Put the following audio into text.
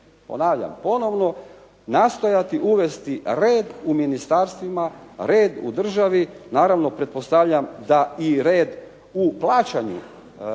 ponavljam, ponovno nastojati uvesti red u ministarstvima, red u državi, naravno pretpostavljam da i red u plaćanju između